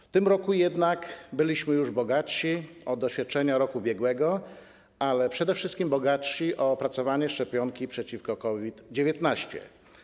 W tym roku jednak byliśmy już bogatsi o doświadczenia roku ubiegłego, ale przede wszystkim bogatsi o opracowanie szczepionki przeciwko COVID-19.